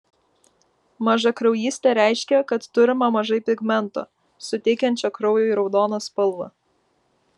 mažakraujystė reiškia kad turima mažai pigmento suteikiančio kraujui raudoną spalvą